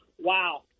wow